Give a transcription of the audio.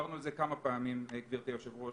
דיברנו על זה כמה פעמים, גברתי היושבת-ראש.